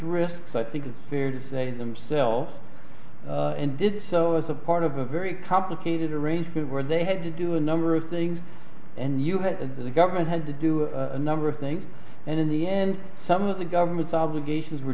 risks i think it's fair to say themselves and did so as a part of a very complicated arrangement where they had to do a number of things and you had the government had to do a number of things and in the end some of the government's obligations were